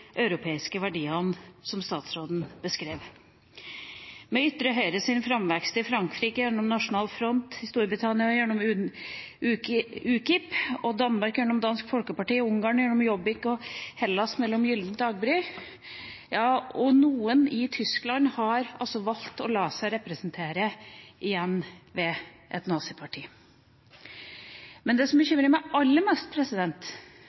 europeiske verdiene som statsråden beskrev, med ytre høyres framvekst i Frankrike gjennom Nasjonal Front, i Storbritannia gjennom UKIP, i Danmark gjennom Dansk Folkeparti, i Ungarn gjennom Jobbik, i Hellas gjennom Gyllent daggry, og noen i Tyskland har altså valgt å la seg representere ved et naziparti igjen. Men det som bekymrer meg aller mest,